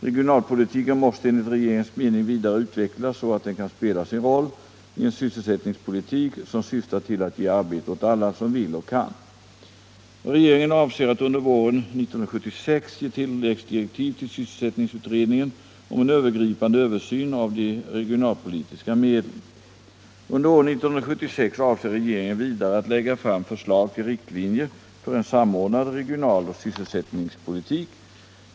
Regionalpoli= = tiken måste enligt regeringens mening vidareutvecklas, så att den kan - Om ökad spridning spela sin roll i en sysselsättningspolitik som syftar till att ge arbete åt — av sysselsättningen i alla som vill och kan. Regeringen avser att under våren 1976 ge till — Gävleborgs län läggsdirektiv till sysselsättningsutredningen om en övergripande översyn av de regionalpolitiska medlen. Under år 1976 avser regeringen vidare att lägga fram förslag till riktlinjer för en samordnad regional och sysselsättningspolitik.